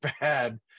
bad